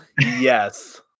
yes